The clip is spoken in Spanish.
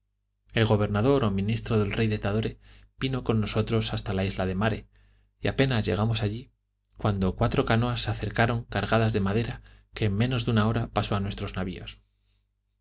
el gobernador o ministro del rey de tadore vino con nosotros hasta la isla de mare y apenas llegamos allí cuando cuatro canoas se acercaron cargadas de madera que en menos de una hora pasó a nuestro navio